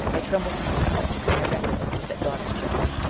i tremble for my country, when i recollect that god is just,